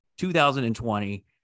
2020